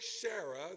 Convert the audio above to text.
Sarah